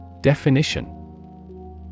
DEFINITION